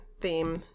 theme